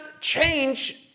change